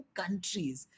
countries